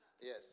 Yes